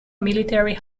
military